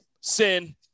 sin